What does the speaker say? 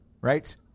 right